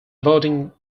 avoiding